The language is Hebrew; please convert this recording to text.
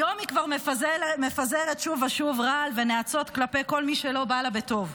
היום היא כבר מפזרת שוב ושוב רעל ונאצות כלפי כל מי שלא בא לה בטוב.